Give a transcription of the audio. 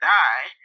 die